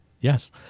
Yes